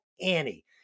annie